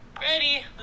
Ready